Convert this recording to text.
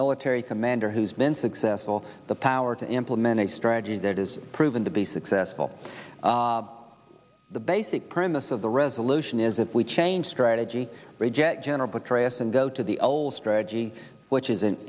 military commander who's been successful the power to implement a strategy that is proven to be successful the basic premise of the resolution is that we change strategy reject general petraeus and go to the old strategy which isn't